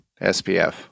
SPF